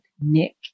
Nick